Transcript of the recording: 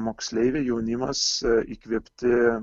moksleiviai jaunimas įkvėpti